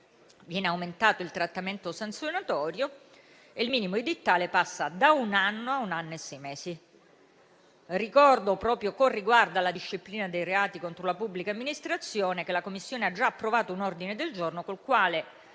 Viene aumentato il trattamento sanzionatorio e il minimo edittale passa da un anno a un anno e sei mesi. Ricordo, proprio con riguardo alla disciplina dei reati contro la pubblica amministrazione, che la Commissione ha già approvato un ordine del giorno con il quale